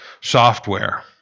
Software